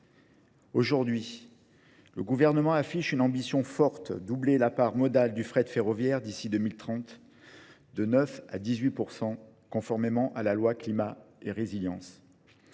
Aujourd'hui, le gouvernement affiche une ambition forte, doublée la part modale du fret ferroviaire d'ici 2030, de 9 à 18 %, conformément à la loi Climat et résilience.